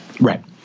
Right